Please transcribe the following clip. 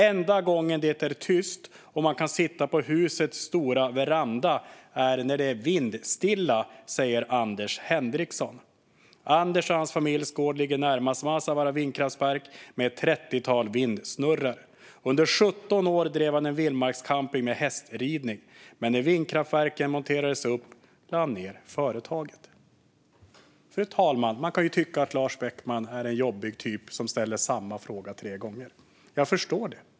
Enda gången det är tyst, och man kan sitta på husets stora veranda, är när det är vindstilla, säger Anders Henriksson. Anders och hans familjs gård ligger närmast Maevaara vindkraftspark med ett 30-tal vindsnurror. Under 17 år drev han en vildmarkscamping med hästridning. Men när vindkraftverken monterades upp la han ner företaget." Fru talman! Man kan tycka att Lars Beckman är en jobbig typ som ställer samma fråga tre gånger. Jag förstår det.